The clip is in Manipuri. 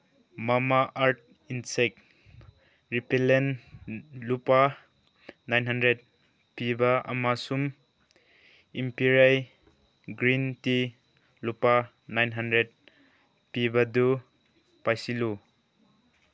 ꯃꯃꯥ ꯑꯥꯔꯠ ꯏꯟꯁꯦꯛ ꯔꯤꯄꯦꯂꯦꯟ ꯂꯨꯄꯥ ꯅꯥꯏꯟ ꯍꯟꯗ꯭ꯔꯦꯠ ꯄꯤꯕ ꯑꯃꯁꯨꯡ ꯏꯝꯄꯦꯔꯩ ꯒ꯭ꯔꯤꯟ ꯇꯤ ꯂꯨꯄꯥ ꯅꯥꯏꯟ ꯍꯟꯗ꯭ꯔꯦꯠ ꯄꯤꯕꯗꯨ ꯄꯥꯁꯤꯜꯂꯨ